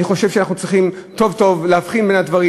אני חושב שאנחנו צריכים טוב-טוב להבחין בין הדברים,